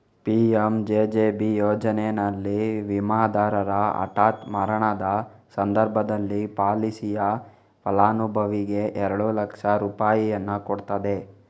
PMJJB ಯೋಜನೆನಲ್ಲಿ ವಿಮಾದಾರರ ಹಠಾತ್ ಮರಣದ ಸಂದರ್ಭದಲ್ಲಿ ಪಾಲಿಸಿಯ ಫಲಾನುಭವಿಗೆ ಎರಡು ಲಕ್ಷ ರೂಪಾಯಿಯನ್ನ ಕೊಡ್ತದೆ